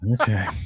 okay